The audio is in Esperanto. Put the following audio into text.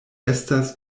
estas